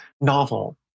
novel